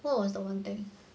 what was the one thing